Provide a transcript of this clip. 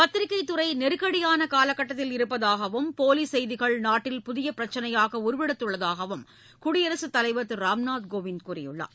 பத்திரிக்கைத் துறை நெருக்கடியான காலகட்டத்தில் இருப்பதாகவும் போலி செய்திகள் நாட்டில் புதிய பிரச்சினையாக உருவெடுத்துள்ளதாகவும் குடியரசுத்தலைவர் திரு ராம்நாத் கோவிந்த் கூறியுள்ளார்